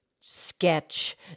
sketch